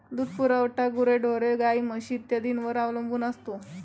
दूध पुरवठा गुरेढोरे, गाई, म्हशी इत्यादींवर अवलंबून असतो